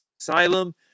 Asylum